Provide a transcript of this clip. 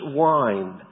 wine